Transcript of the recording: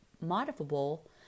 modifiable